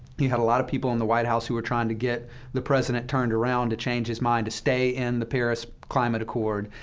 he had a lot of people in the white house who were trying to get the president turned around, to change his mind, to stay in the paris climate accord.